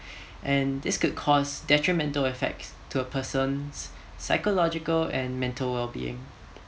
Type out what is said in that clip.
and this could cause detrimental effects to a person's psychological and mental well being